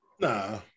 Nah